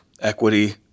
equity